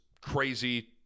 crazy